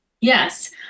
Yes